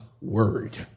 word